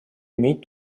иметь